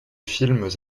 films